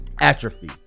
atrophy